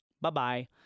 bye-bye